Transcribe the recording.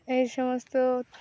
এই সমস্ত